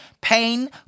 pain